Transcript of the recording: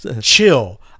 chill